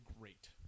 great